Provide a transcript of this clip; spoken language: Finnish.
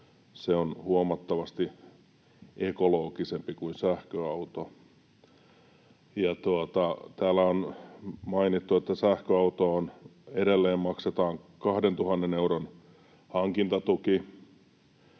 on huomattavasti ekologisempi kuin sähköauto. Täällä on mainittu, että sähköautoon edelleen maksetaan 2 000 euron hankintatuki